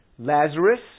Lazarus